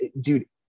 dude